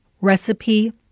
recipe